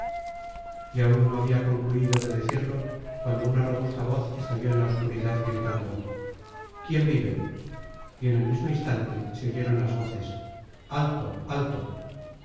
y aún no había concluido de decirlo cuando una robusta voz estalló en la obscuridad gritando quién vive y en el mismo instante se oyeron las voces alto alto